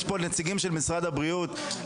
יש פה נציגים של משרד הבריאות,